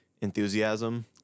enthusiasm